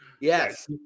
Yes